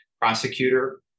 prosecutor